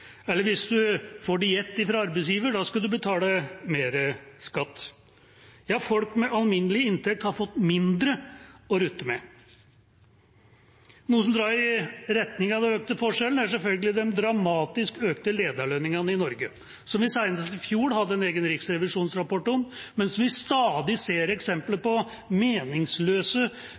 Ja, folk med alminnelig inntekt har fått mindre å rutte med. Noe som drar i retning av de økte forskjellene, er selvfølgelig de dramatisk økte lederlønningene i Norge, som vi senest i fjor hadde en egen riksrevisjonsrapport om. Vi ser stadig eksempler på